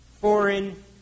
foreign